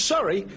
Sorry